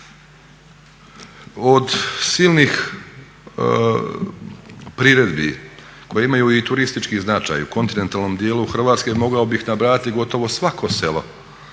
Od silnih priredbi koje imaju turistički značaj u kontinentalnom dijelu Hrvatske mogao bih nabrajati gotovo svako selo